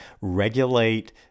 regulate